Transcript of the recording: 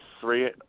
Three